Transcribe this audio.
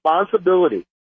responsibility